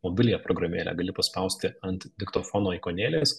mobiliąją programėlę gali paspausti ant diktofono ikonėlės